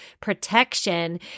protection